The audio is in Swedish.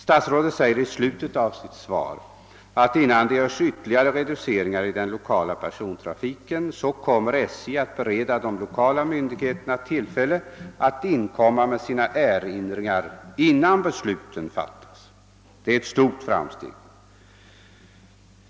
Statsrådet säger i slutet av svaret att om det blir aktuellt med ytterligare reduceringar av den lokala persontrafiken, kommer SJ att bereda de lokala myndigheterna tillfälle att inkomma med sina erinringar innan beslut fattas. Det är ett stort framsteg.